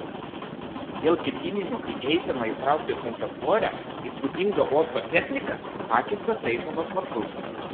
dėl ketinimų į eiseną įtraukti sunkiasvorę įspūdingą uosto techniką pakeistas eisenos maršrutas